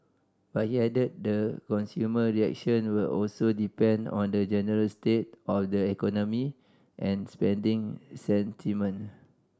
but he added that consumer reaction will also depend on the general state of the economy and spending sentiment